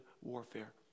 warfare